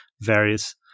various